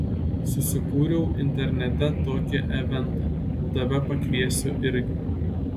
susikūriau internete tokį eventą tave pakviesiu irgi